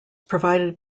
provided